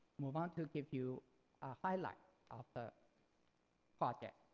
move on to give you ah highlight of the project.